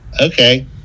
okay